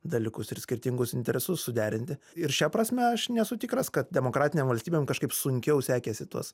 dalykus ir skirtingus interesus suderinti ir šia prasme aš nesu tikras kad demokratinėm valstybėm kažkaip sunkiau sekėsi tuos